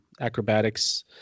acrobatics